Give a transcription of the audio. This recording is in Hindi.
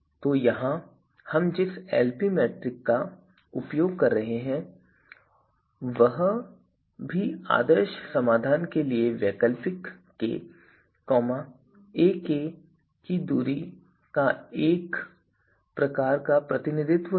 तो यहाँ हम जिस Lp मीट्रिक का उपयोग कर रहे हैं वह भी आदर्श समाधान के लिए वैकल्पिक k ak की दूरी का एक प्रकार का प्रतिनिधित्व है